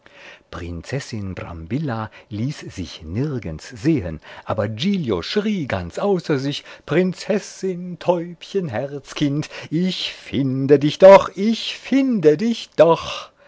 prinzessin brambilla ließ sich nirgends sehen aber giglio schrie ganz außer sich prinzessin täubchen herzkind ich finde dich doch ich finde dich doch